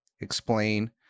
explain